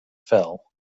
fell